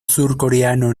surcoreano